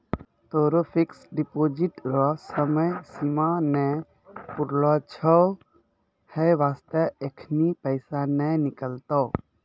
तोहरो fixed deposit रो समय सीमा नै पुरलो छौं है बास्ते एखनी पैसा नै निकलतौं